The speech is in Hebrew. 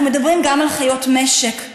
אנחנו מדברים גם על חיות משק,